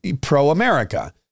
pro-America